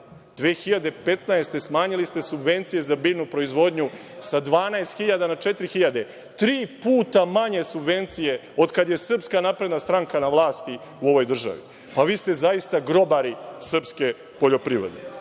2015. smanjili ste subvencije za biljnu proizvodnju sa 12.000 na 4.000. Tri puta manje subvencija od kada je SNS na vlasti u ovoj državi. Vi ste zaista grobari srpske poljoprivrede.